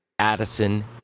Addison